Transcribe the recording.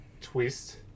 twist